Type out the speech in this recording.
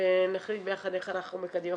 ונחליט ביחד איך אנחנו מקדמים.